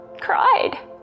cried